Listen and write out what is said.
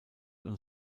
und